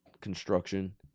Construction